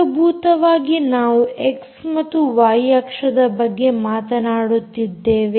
ಮೂಲಭೂತವಾಗಿ ನಾವು ಎಕ್ಸ್ ಮತ್ತು ವೈ ಅಕ್ಷದ ಬಗ್ಗೆ ಮಾತನಾಡುತ್ತಿದ್ದೇವೆ